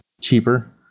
cheaper